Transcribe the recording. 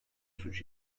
suç